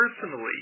personally